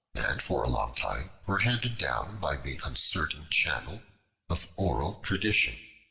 and for a long time were handed down by the uncertain channel of oral tradition.